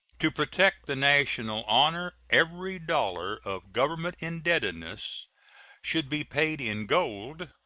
to protect the national honor, every dollar of government indebtedness should be paid in gold,